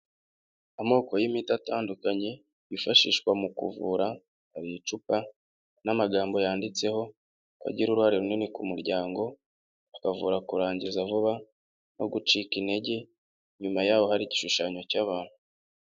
Amoko y'imiti atandukanye bifashishwa mu kuvura, hari icupa n'amagambo yanditseho, agira uruhare runini ku muryango, akavura kurangiza vuba no gucika intege, inyuma yaho hari igishushanyo cy'abantu.